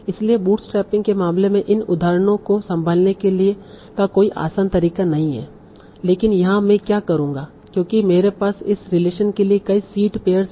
इसलिए बूटस्ट्रैपिंग के मामले में इन उदाहरणों को संभालने का कोई आसान तरीका नहीं है लेकिन यहां मैं क्या करूंगा क्योंकि मेरे पास इस रिलेशन के लिए कई सीड पेयर्स हैं